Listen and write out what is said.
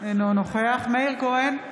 אינו נוכח מאיר כהן,